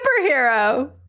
superhero